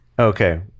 okay